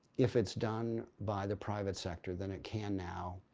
if it's done by the private sector than it can now,